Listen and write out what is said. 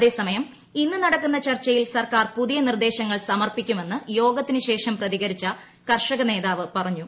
അതേസമയം ഇന്ന് നടക്കുന്ന ചർച്ചയിൽ സർക്കാർ പുതിയ നിർദ്ദേശങ്ങൾ സമർപ്പിക്കുമെന്ന് യോഗത്തിന് ശേഷം പ്രതികരിച്ച കർഷക നേതാവ് പറഞ്ഞു